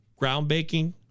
groundbreaking